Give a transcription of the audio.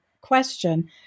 question